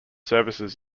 services